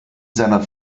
seiner